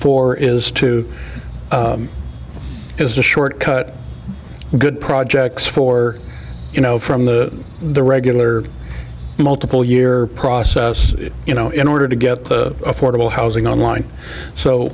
for is to as a short cut good projects for you know from the the regular multiple year process you know in order to get the affordable housing on line so